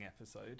episode